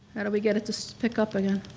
how do we get it to pick up again?